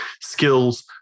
skills